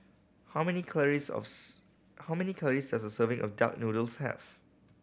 how many calories of how many calories does serving of duck noodles have